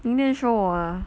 明天 show 我 ah